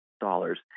dollars